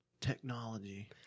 technology